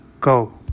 go